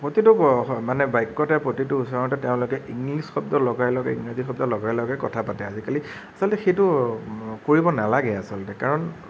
প্ৰতিটো মানে বাক্যতে প্ৰতিটো উচ্চাৰণতে তেওঁলোকে ইংলিছ শব্দ লগাই লগাই ইংৰাজী শব্দ লগাই লগাই কথা পাতে আজিকালি আচলতে সেইটো কৰিব নালাগে আচলতে কাৰণ